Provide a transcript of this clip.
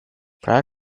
prior